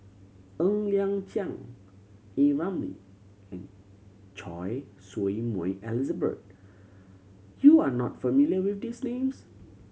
Ng Liang Chiang A Ramli and Choy Su Moi Elizabeth you are not familiar with these names